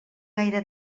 gaire